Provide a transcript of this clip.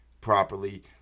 properly